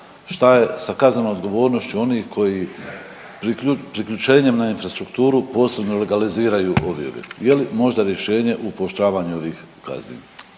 šta je sa kaznenom odgovornošću onih koji priključenjem na infrastrukturu posredno legaliziraju ovjeru, je li možda rješenje u pooštravanju ovih kazni?